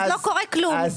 אז לא קורה כלום.